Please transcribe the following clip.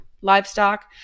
livestock